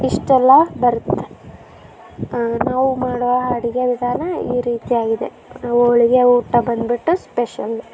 ಇಷ್ಟೆಲ್ಲ ಬರುತ್ತೆ ನಾವು ಮಾಡುವ ಅಡುಗೆ ವಿಧಾನ ಈ ರೀತಿಯಾಗಿದೆ ಹೋಳ್ಗೆ ಊಟ ಬಂದ್ಬಿಟ್ಟು ಸ್ಪೆಷಲ್ಲು